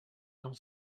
dans